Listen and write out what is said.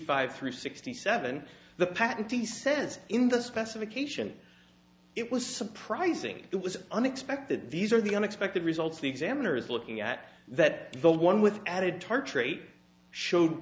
five through sixty seven the patentee says in the specification it was surprising it was unexpected these are the unexpected results the examiners looking at that the one with added tartrate showed